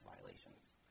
violations